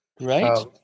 right